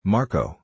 Marco